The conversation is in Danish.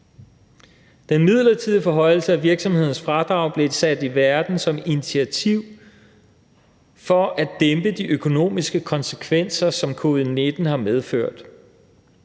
Den midlertidige forhøjelse af virksomhedernes fradrag blev sat i verden som et initiativ for at dæmpe de økonomiske konsekvenser, som covid-19 har medført.